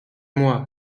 moi